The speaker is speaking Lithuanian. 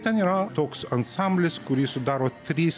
ten yra toks ansamblis kurį sudaro trys